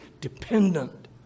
dependent